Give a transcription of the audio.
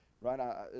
right